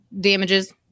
damages